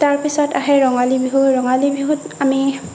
তাৰ পিছত আহে ৰঙালী বিহু ৰঙালী বিহুত আমি